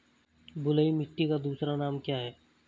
बलुई मिट्टी का दूसरा नाम क्या है?